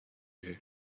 үһү